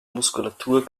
muskulatur